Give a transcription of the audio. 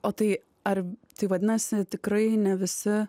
o tai ar tai vadinasi tikrai ne visi